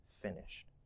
finished